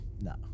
No